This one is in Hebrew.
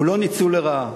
זה לא ניצול לרעה.